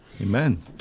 Amen